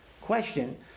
question